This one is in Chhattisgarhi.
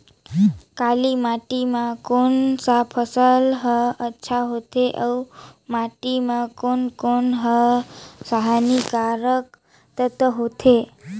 काली माटी मां कोन सा फसल ह अच्छा होथे अउर माटी म कोन कोन स हानिकारक तत्व होथे?